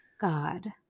God